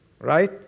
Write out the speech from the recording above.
Right